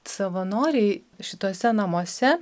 savanoriai šituose namuose